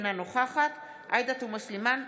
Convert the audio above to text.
אינה נוכחת עאידה תומא סלימאן,